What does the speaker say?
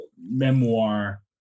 memoir